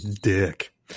Dick